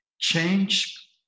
Change